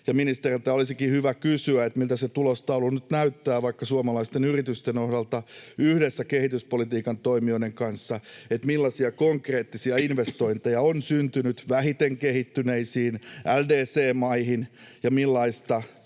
Ministereiltä olisikin hyvä kysyä, miltä se tulostaulu nyt näyttää vaikka suomalaisten yritysten osalta, yhdessä kehityspolitiikan toimijoiden kanssa, millaisia konkreettisia investointeja on syntynyt vähiten kehittyneisiin LDC-maihin ja millaista